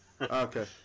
okay